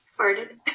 farted